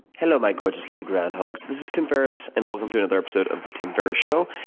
hello, my gorgeous little groundhogs. this is tim ferriss and welcome to another episode of the tim ferriss show.